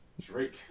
Drake